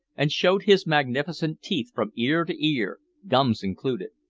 and showed his magnificent teeth from ear to ear, gums included.